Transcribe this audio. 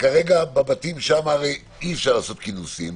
וכרגע בבתים שם הרי אי אפשר לעשות כינוסים,